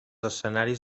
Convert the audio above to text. escenaris